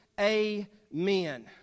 Amen